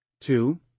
Two